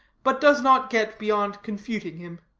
but does not get beyond confuting him.